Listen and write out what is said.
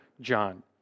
John